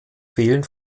fehlen